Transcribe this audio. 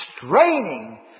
straining